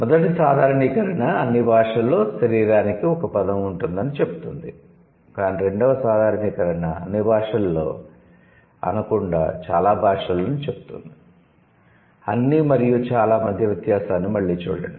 మొదటి సాధారణీకరణ అన్ని భాషలలో 'శరీరానికి' ఒక పదం ఉంటుందని చెబుతుంది కానీ రెండవ సాధారణీకరణ 'అన్ని భాషలలో' అనకుండా 'చాలా భాషలలో' అని చెబుతుంది 'అన్ని మరియు చాలా' మధ్య వ్యత్యాసాన్ని మళ్ళీ చూడండి